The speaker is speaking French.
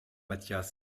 mathias